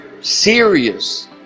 serious